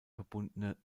verbundene